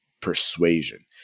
Persuasion